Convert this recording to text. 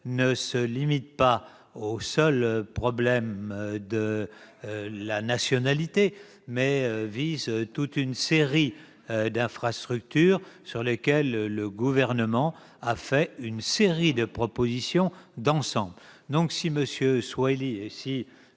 ne se limitent pas au seul problème de la nationalité, mais concernent toute une série d'infrastructures sur lesquelles le Gouvernement a fait des propositions d'ensemble. Si Thani Mohamed